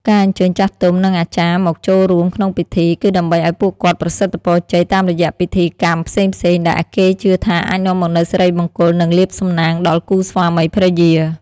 ការអញ្ជើញចាស់ទុំ និងអាចារ្យមកចូលរួមក្នុងពិធី គឺដើម្បីឱ្យពួកគាត់ប្រសិទ្ធិពរជ័យតាមរយៈពិធីកម្មផ្សេងៗ ដែលគេជឿថាអាចនាំមកនូវសិរីមង្គល និងលាភសំណាងដល់គូស្វាមីភរិយា ។